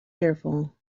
fearful